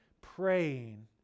praying